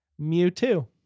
Mewtwo